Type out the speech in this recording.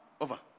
over